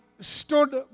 stood